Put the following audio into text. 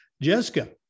Jessica